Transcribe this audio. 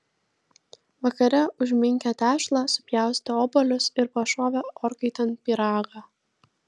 vakare užminkė tešlą supjaustė obuolius ir pašovė orkaitėn pyragą